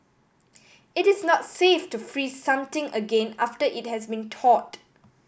it is not safe to freeze something again after it has been thawed